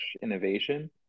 innovation